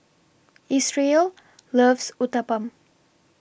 Isreal loves Uthapam